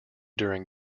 during